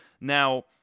Now